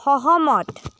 সহমত